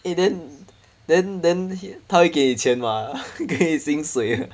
eh then then then 他给你钱 mah 给你薪水